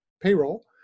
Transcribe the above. payroll